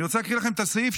אני רוצה להקריא לכם את הסעיף,